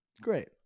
great